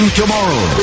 tomorrow